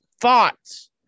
Thoughts